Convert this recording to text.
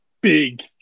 big